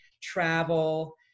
travel